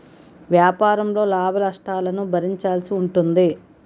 వ్యాపారంలో లాభనష్టాలను భరించాల్సి ఉంటుంది